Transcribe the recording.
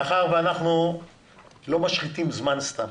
תקשיב, מאחר שאנחנו לא משחיתים זמן סתם,